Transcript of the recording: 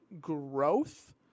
growth